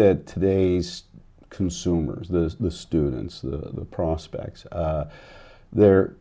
that today's consumers the the students the prospects there are